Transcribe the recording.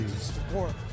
support